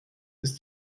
ist